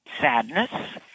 sadness